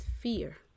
fear